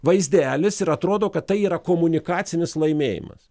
vaizdelis ir atrodo kad tai yra komunikacinis laimėjimas